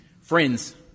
Friends